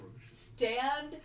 stand